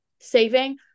saving